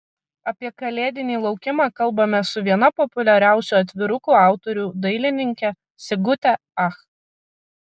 apie kalėdinį laukimą kalbamės su viena populiariausių atvirukų autorių dailininke sigute ach